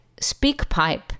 SpeakPipe